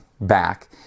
back